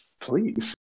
Please